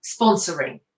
sponsoring